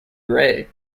grey